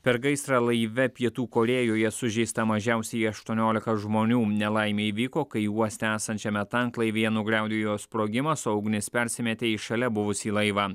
per gaisrą laive pietų korėjoje sužeista mažiausiai aštuoniolika žmonių nelaimė įvyko kai uoste esančiame tanklaivyje nugriaudėjo sprogimas o ugnis persimetė į šalia buvusį laivą